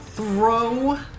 throw